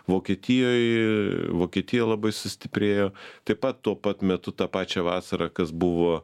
vokietijoj vokietija labai sustiprėjo taip pat tuo pat metu tą pačią vasarą kas buvo